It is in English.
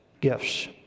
gifts